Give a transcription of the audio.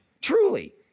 truly